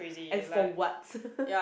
and for what